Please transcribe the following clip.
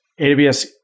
AWS